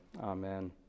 amen